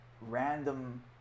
random